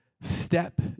step